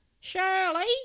shirley